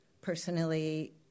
Personally